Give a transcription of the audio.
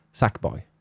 Sackboy